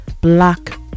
black